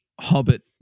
Hobbit